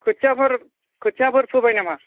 खोथियाफोर खोथियाफोर फोबाय नामा